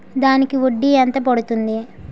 దానికి వడ్డీ ఎంత పడుతుంది?